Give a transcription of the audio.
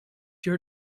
your